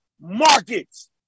markets